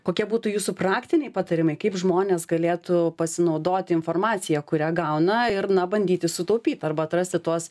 kokie būtų jūsų praktiniai patarimai kaip žmonės galėtų pasinaudoti informacija kurią gauna ir na bandyti sutaupyt arba atrasti tuos